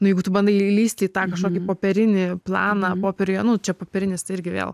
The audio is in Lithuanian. jeigu tu bandai įlįsti į tą kažkokį popierinį planą popieriuje nu čia popierinis tai irgi vėl